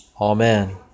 Amen